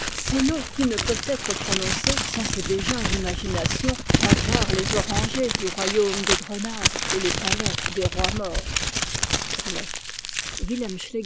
ces noms qui ne peuvent être prononcés sans que déjà l'imagination croie voir les orangers du royaume de grenade et les palais des rois maures